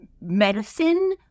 medicine